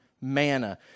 manna